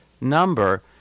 number